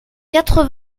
quatre